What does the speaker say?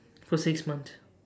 for six months